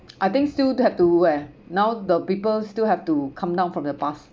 I think still have to leh now the people still have to come down from the bus